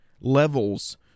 levels